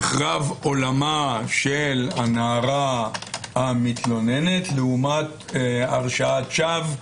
ייחרב עולמה של הנערה המתלוננת לעומת הרשעת שווא.